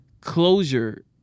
closure